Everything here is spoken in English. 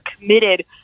committed